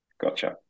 gotcha